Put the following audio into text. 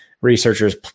researchers